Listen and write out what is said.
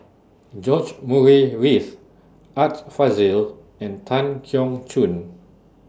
George Murray Reith Art Fazil and Tan Keong Choon